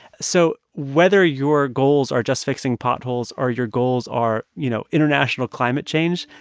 so whether your goals are just fixing potholes or your goals are, you know, international climate change,